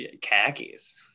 khakis